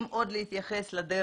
אם זה עוד להתייחס לדרך